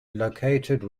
located